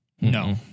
No